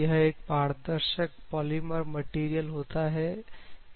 यह एक पारदर्शक पॉलीमर मैटेरियल होता है